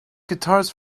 guitars